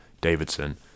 Davidson